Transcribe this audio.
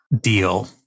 deal